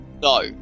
No